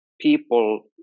people